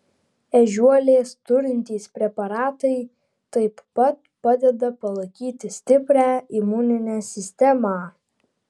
ežiuolės turintys preparatai taip pat padeda palaikyti stiprią imuninę sistemą